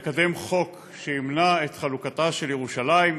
לקדם חוק שימנע את חלוקתה של ירושלים,